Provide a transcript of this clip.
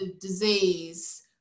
disease